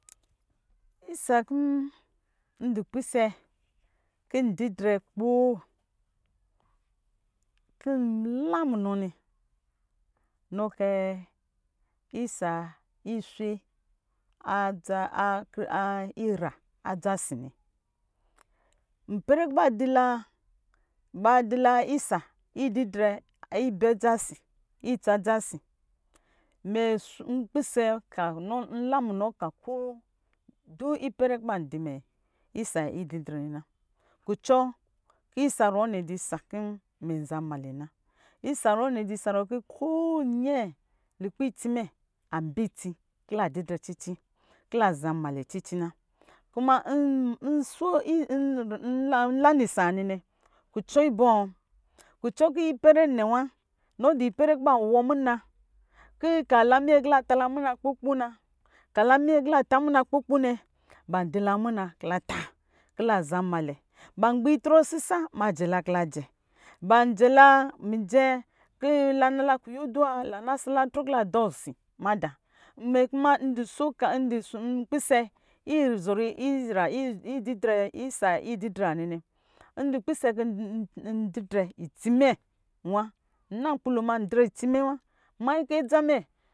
Isa kin idupisɛ ku ndri drɛ kpoo kin la munɔ nɛ, nɔ kɛ isa iswe a ira adza sinɛ, mpɛrɛ kin ba dila isa ididrɛ ibɛ dza si, itsa dzasi, mɛ pisɛ, nla munɔ ka ko du ipɛrɛ kú ba dime isa ididrɛ nɛ na, kucɔ kú isa nɛ disa kɔ̄ mɛ za nmalɛ nɛ na isa ruwɔ nɛ di sa kɔ̄ ko nyɛ lukpɛ itsi mɛ ā bɛ itsi ki lā didrɛ cici kin la zanmalɛ cici na, kuma n- n- n- nla nisa nɛ nɛ kucɔ ibɔ? Kucɔ kɔ̄ ipɛrɛ nɛ wa nɔ di pɛrɛ kin ba wɔ muna, kii ka la minyɛ kin la tala muna kpo kpo na, kala minyɛ ki lata muna kpo kpo nɛ, ban dila muna ki la tā kila zanmalɛ, ban gbi trɔ sisa ma jɛ la kila jɛ, ban jɛ la mijɛ ki la nala kuyo duwa la na sala trɔ kila dɔɔ osi madā mɛ kuma ndi n- npisɛ izɔrɔ ira isa ididrɛ wanɛ nɛ idi pisɛ kin didrɛ itsi mɛ wa nna nkpi lo ma, ndre itsi mɛ wa mayi kin adza mɛ.